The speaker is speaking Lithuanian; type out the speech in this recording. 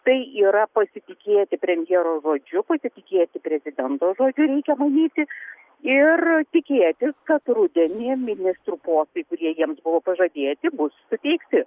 tai yra pasitikėti premjero žodžiu pasitikėti prezidento žodžiu reikia manyti ir tikėtis kad rudenį ministrų postai kurie jiems buvo pažadėti bus suteikti